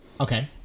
Okay